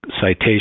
citation